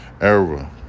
era